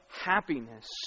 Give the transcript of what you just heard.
happiness